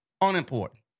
unimportant